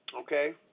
okay